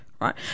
Right